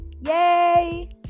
Yay